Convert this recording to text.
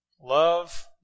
love